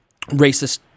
racist